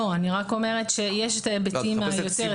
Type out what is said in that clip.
אני רק אומרת שיש את ההיבטים היותר --- את